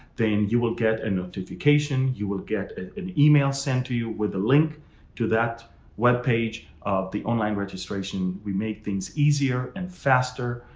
then you will get a and notification. you will get an email sent to you with a link to that web page of the online registration. we make things easier and faster,